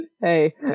Hey